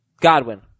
Godwin